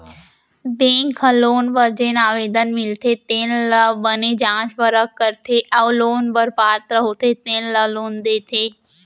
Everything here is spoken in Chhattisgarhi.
बेंक ह लोन बर जेन आवेदन मिलथे तेन ल बने जाँच परख करथे अउ लोन बर पात्र होथे तेन ल लोन देथे